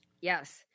Yes